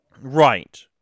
Right